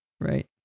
Right